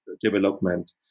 development